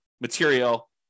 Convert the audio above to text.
material